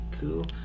Cool